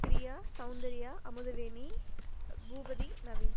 Priya Soundarya Amudhaveni Boopathi Naveen